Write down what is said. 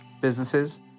businesses